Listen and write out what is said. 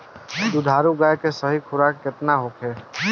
दुधारू गाय के सही खुराक केतना होखे?